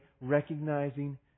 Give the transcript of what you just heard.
recognizing